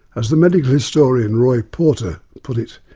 as the medical historian roy porter put it,